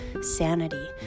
sanity